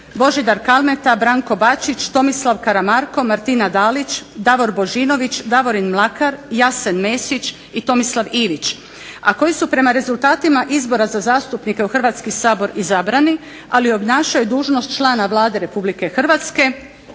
Božidar Kalmeta, Branko Bačić, Tomislav Karamarko, Martina Dalić, Davor Božinović, Davorin Mlakar, Jasen Mesić i Tomislav Ivić, a koji su prema rezultatima izbora za zastupnike u Hrvatski sabor izabrani, ali obnašaju dužnost člana Vlade Republike Hrvatske,